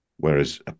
Whereas